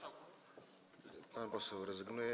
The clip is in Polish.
Pan poseł rezygnuje.